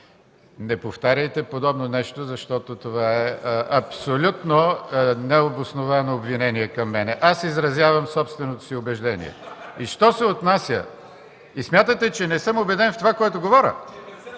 Не повтаряйте подобно нещо, защото то е абсолютно необосновано обвинение към мен. Аз изразявам собственото си убеждение. Смятате ли, че не съм убеден в това, което говоря?